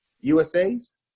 USA's